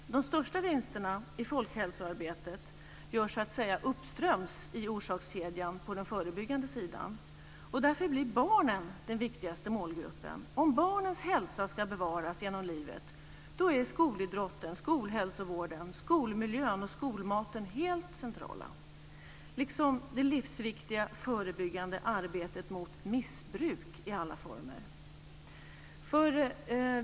De största vinsterna i folkhälsoarbetet görs så att säga uppströms i orsakskedjan på den förebyggande sidan. Därför blir barnen den viktigaste målgruppen. Om barnens hälsa ska bevaras genom livet är skolidrotten, skolhälsovården, skolmiljön och skolmaten helt centrala, liksom det livsviktiga förebyggande arbetet mot missbruk i alla former.